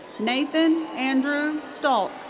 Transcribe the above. nathan andrew stolk.